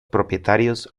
propietarios